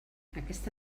aquesta